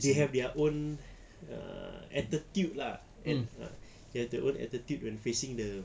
they have their own uh attitude lah and uh they have their own attitude when facing the